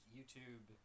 YouTube